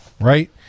Right